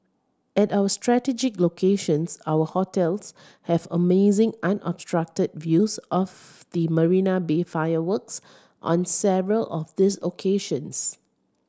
at our strategic locations our hotels have amazing unobstructed views of the Marina Bay fireworks on several of these occasions